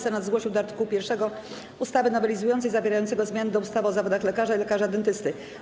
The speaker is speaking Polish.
Senat zgłosił do art. 1 ustawy nowelizującej zawierającego zmiany do ustawy o zawodach lekarza i lekarza dentysty.